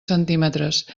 centímetres